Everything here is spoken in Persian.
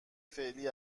فعلی